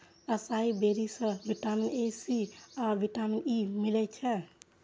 असाई berry सं vitamin A, C आ vitamin E मिलै छै